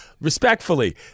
Respectfully